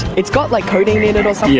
it's got like codeine in it so yeah